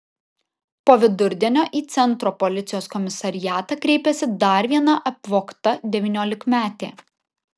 po vidurdienio į centro policijos komisariatą kreipėsi dar viena apvogta devyniolikmetė